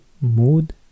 Mood